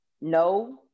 No